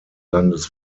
landes